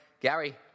Gary